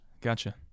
Gotcha